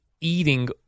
eating